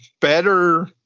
better